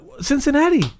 Cincinnati